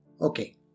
Okay